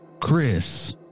Chris